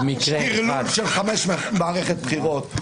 טרלול של חמש מערכות בחירות,